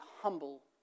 humble